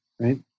Right